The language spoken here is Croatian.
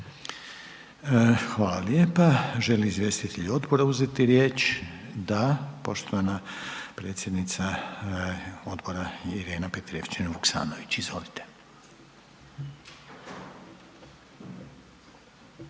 Hvala lijepa. Želi li izvjestitelj odbora uzeti riječ? Da, poštovana predsjednica odbora Irena Petrijevčanin- Vuksanović, izvolite.